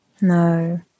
No